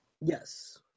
Yes